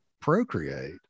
procreate